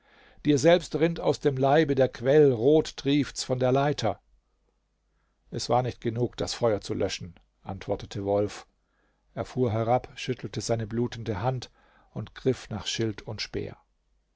dir selbst rinnt aus dem leibe der quell rot trieft's von der leiter es war nicht genug das feuer zu löschen antwortete wolf er fuhr herab schüttelte seine blutende hand und griff nach schild und speer